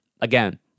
again